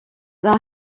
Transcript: are